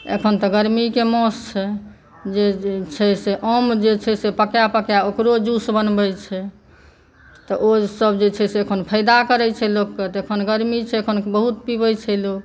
एखन तऽ गर्मीके मास छै जे छै से आम जे छै से पका पका ओकरो जुस बनबै छै तऽ ओ सभ जे छै से अखन फायदा करै छै लोकके तऽ एखन गर्मी छै एखन बहुत पीबै छै लोक